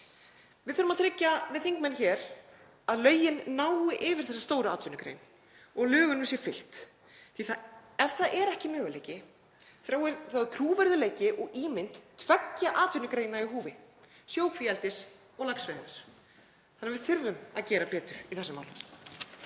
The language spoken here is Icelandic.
Við þurfum að tryggja, við þingmenn hér, að lögin nái yfir þessa stóru atvinnugrein og að lögunum sé fylgt því ef það er ekki möguleiki þá er trúverðugleiki og ímynd tveggja atvinnugreina í húfi, sjókvíaeldis og laxveiða, og við þurfum að gera betur í þessum málum.